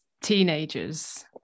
teenagers